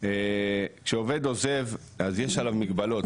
כשעובד עוזב אז יש עליו מגבלות,